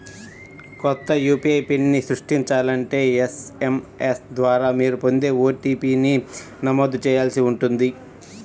కొత్త యూ.పీ.ఐ పిన్ని సృష్టించాలంటే ఎస్.ఎం.ఎస్ ద్వారా మీరు పొందే ఓ.టీ.పీ ని నమోదు చేయాల్సి ఉంటుంది